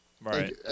Right